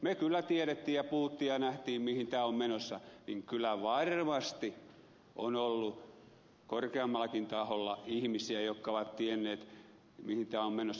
me kyllä tiesimme ja puhuimme ja näimme mihin tämä on menossa ja kyllä varmasti on ollut korkeammallakin taholla ihmisiä jotka ovat tienneet mihin tämä on menossa